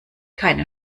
keine